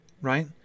right